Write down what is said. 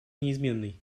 неизменной